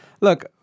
Look